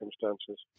circumstances